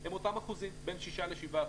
הם אותם אחוזים, בין 6% ל-7%.